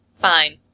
Fine